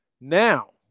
Now